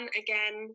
again